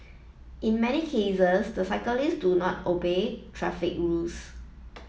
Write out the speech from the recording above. in many cases the cyclists do not obey traffic rules